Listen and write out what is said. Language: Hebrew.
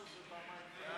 וקבוצת סיעת